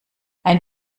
ein